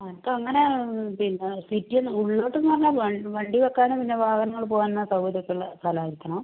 എനിക്ക് അങ്ങനെ പിന്നെ സിറ്റീന്ന് ഉള്ളിലോട്ടെന്ന് പറഞ്ഞാൽ വണ്ടി വെക്കാനും പിന്നെ വാഹനങ്ങൾ പോകാനും ഉള്ള സൗകര്യം ഒക്കെയുള്ള സ്ഥലം ആയിരിക്കണം